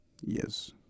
yes